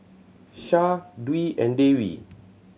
Syah Dwi and Dewi